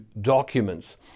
documents